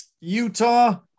Utah